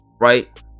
right